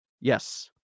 Yes